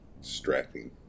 strapping